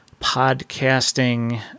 podcasting